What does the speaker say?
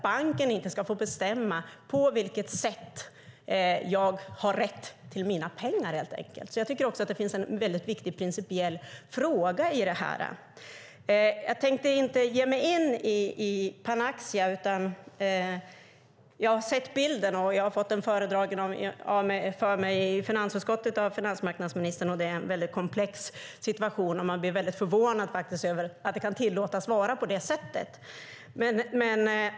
Banken ska inte få bestämma på vilket sätt jag har rätt till mina pengar. Jag tycker att det finns en viktig principiell fråga i det här. Jag tänker inte ge mig in i diskussionen om Panaxia. Jag har fått en föredragning om detta av finansmarknadsministern i finansutskottet, och det är en komplex situation. Jag blir förvånad över att det kan tillåtas vara på det sättet.